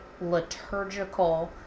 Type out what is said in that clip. liturgical